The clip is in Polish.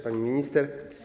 Pani Minister!